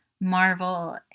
Marvel